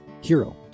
hero